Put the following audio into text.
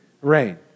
rain